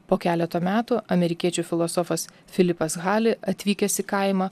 po keleto metų amerikiečių filosofas filipas hali atvykęs į kaimą